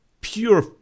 pure